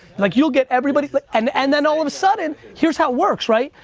like you'll get everybody like and and then all of a sudden, here's how it works, right?